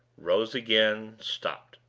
rose again, stopped.